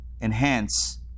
enhance